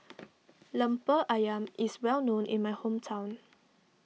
Lemper Ayam is well known in my hometown